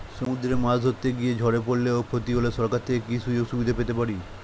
সমুদ্রে মাছ ধরতে গিয়ে ঝড়ে পরলে ও ক্ষতি হলে সরকার থেকে কি সুযোগ সুবিধা পেতে পারি?